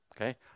okay